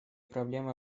проблемы